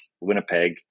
Winnipeg